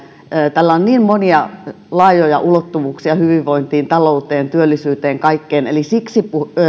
tällä on niin monia laajoja ulottuvuuksia hyvinvointiin talouteen työllisyyteen kaikkeen eli siksi